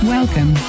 Welcome